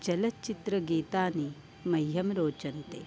चलच्चित्रगीतानि मह्यं रोचन्ते